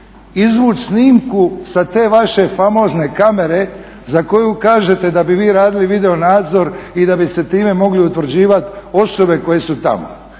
izvući snimku sa te vaše famozne kamere za koju kažete da bi vi radili video nadzor i da bi se time mogli utvrđivati osobe koje su tamo.